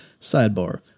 Sidebar